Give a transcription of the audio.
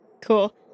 cool